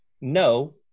no